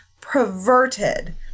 perverted